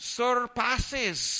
surpasses